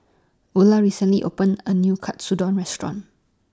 Ula recently opened A New Katsudon Restaurant